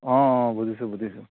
অঁ অঁ বুজিছোঁ বুজিছোঁ